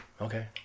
Okay